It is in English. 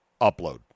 upload